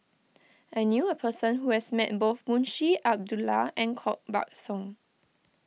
I knew a person who has met both Munshi Abdullah and Koh Buck Song